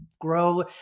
grow